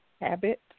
habit